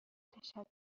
تشکر